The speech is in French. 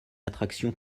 attraction